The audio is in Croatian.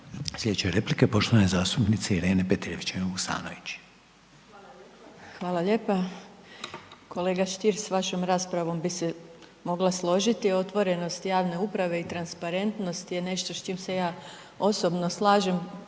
**Petrijevčanin Vuksanović, Irena (HDZ)** Hvala lijepa. Kolega Stier, s vašom raspravom bi se mogla složiti. Otvorenost javne uprave i transparentnost je nešto s čim se ja osobno slažem